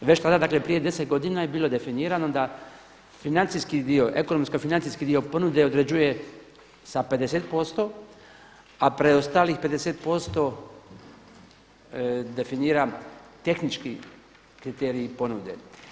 I već tada dakle prije 10 godina je bilo definirano da financijski dio, ekonomsko-financijski dio ponude određuje sa 50% a preostalih 50% definira tehnički kriteriji ponude.